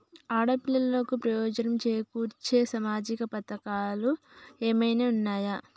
ఆడపిల్లలకు ప్రయోజనం చేకూర్చే సామాజిక పథకాలు ఏమైనా ఉన్నయా?